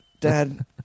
Dad